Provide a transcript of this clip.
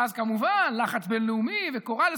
ואז, כמובן, לחץ בין-לאומי וקוראלס.